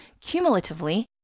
Cumulatively